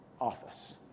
office